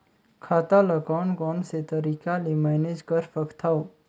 खाता ल कौन कौन से तरीका ले मैनेज कर सकथव?